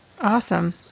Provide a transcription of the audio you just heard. Awesome